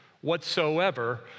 whatsoever